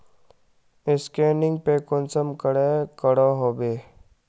Scanning पे कुंसम करे करो होबे?